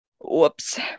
Whoops